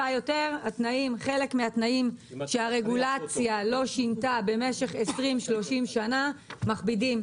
חלק מהתנאים שהרגולציה לא שינתה במשך 20,30 שנה רק מכבידים.